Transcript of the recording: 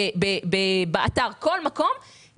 באתר ובכל מקום,